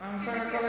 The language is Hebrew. תסכים אתי.